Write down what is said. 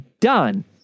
done